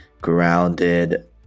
Grounded